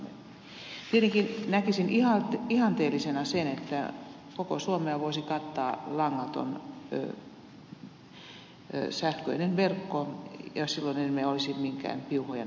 tietenkin näkisin ihanteellisena sen että koko suomea voisi kattaa langaton sähköinen verkko ja silloin emme olisi minkään piuhojen varassa